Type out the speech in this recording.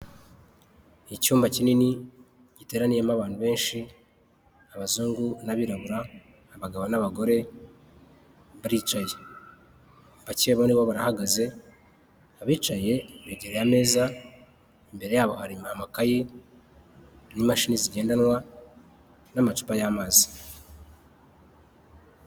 Icyumba kinini giteraniyemo abantu benshi abazungu n'abirabura, abagabo n'abagore baricaye, bake muri bo barahagaze abicaye begereye ameza, imbere yabo hari amakayi n'imashini zigendanwa n'amacupa y'amazi.